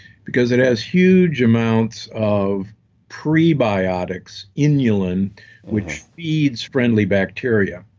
because it has huge amounts of prebiotic's inulin which feeds friendly bacteria.